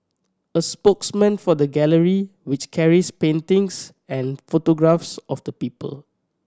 a spokesman for the gallery which carries paintings and photographs of the people